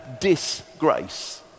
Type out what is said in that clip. disgrace